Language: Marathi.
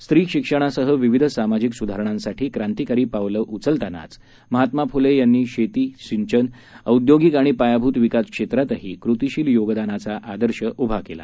स्त्री शिक्षणासह विविध सामाजिक सुधारणांसाठी क्रांतीकारी पावलं उचलतानाच महात्मा फुले यांनी शेती सिंचन औद्योगीक आणि पायाभूत विकास क्षेत्रातही कृतीशील योगदानाचा आदर्श उभा केला